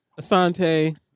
Asante